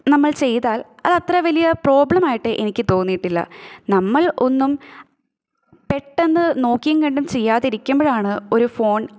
നമ്മൾ ചെയ്താൽ അത് അത്ര വലിയ പ്രോബ്ലം ആയിട്ട് എനിക്ക് തോന്നിയിട്ടില്ല നമ്മൾ ഒന്നും പെട്ടെന്ന് നോക്കിയും കണ്ടും ചെയ്യാതിരിക്കുമ്പഴാണ് ഒരു ഫോൺ